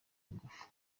ingufu